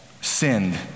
sinned